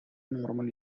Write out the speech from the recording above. normal